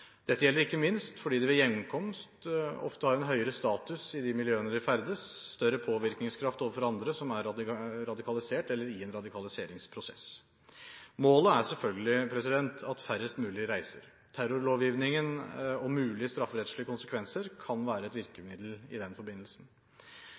Dette gjelder ikke minst fordi de ved hjemkomst ofte har en høyere status i de miljøene de ferdes og større påvirkningskraft overfor andre som er radikalisert eller i en radikaliseringsprosess. Målet er selvfølgelig at færrest mulig reiser. Terrorlovgivningen og mulige strafferettslige konsekvenser kan være et